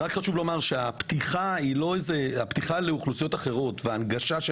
חשוב לומר שהפתיחה לאוכלוסיות אחרות והנגשה של